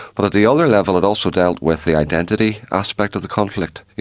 but at the other level it also dealt with the identity aspect of the conflict, you